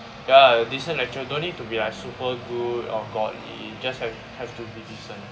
ya a decent lecturer don't need to be like super good or godly just have have to be decent